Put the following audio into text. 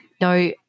no